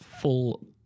full